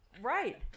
Right